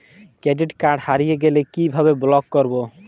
Credit card হারিয়ে গেলে কি ভাবে ব্লক করবো?